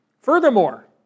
Furthermore